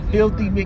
Filthy